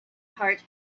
heart